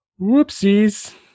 whoopsies